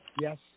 Yes